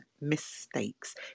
mistakes